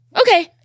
okay